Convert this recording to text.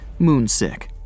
moonsick